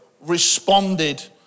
responded